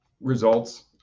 Results